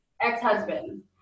ex-husband